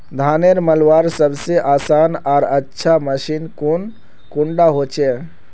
धानेर मलवार सबसे आसान आर अच्छा मशीन कुन डा होचए?